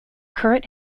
current